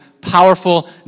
powerful